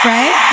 Right